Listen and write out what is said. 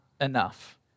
enough